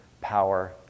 power